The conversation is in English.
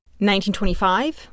1925